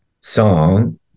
song